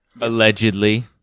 Allegedly